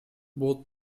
both